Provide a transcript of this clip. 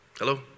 Hello